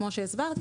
כמו שהסברתי,